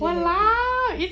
!walao!